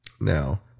now